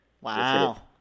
Wow